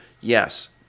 yes